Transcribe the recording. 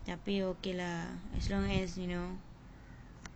tapi okay lah as long as you know